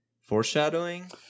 foreshadowing